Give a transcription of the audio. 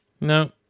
no